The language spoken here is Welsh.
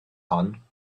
hon